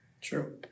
True